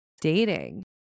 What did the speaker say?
dating